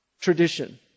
tradition